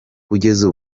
kugeza